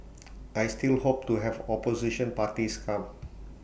I still hope to have opposition parties come